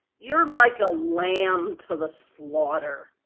you're like a lamb to the slaughter.